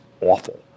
awful